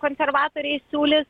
konservatoriai siūlys